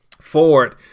Ford